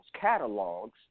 catalogs